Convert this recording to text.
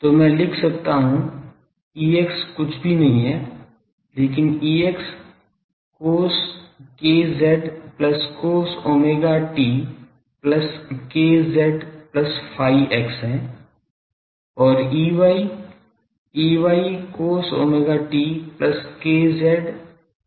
तो मैं लिख सकता हूँ Ex कुछ भी नहीं है लेकिन Ex cos k z plus cos omega t plus k z plus phi x है और Ey Ey cos omega t plus k z plus phi y है